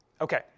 Okay